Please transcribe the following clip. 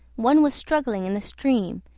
one was struggling in the stream,